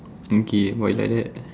mm K why is like that